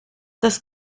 das